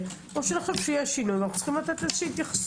או שנחשוב שיהיה שינוי וניתן להתייחסות.